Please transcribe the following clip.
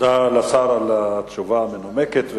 תודה לשר על התשובה המנומקת.